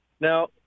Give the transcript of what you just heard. Now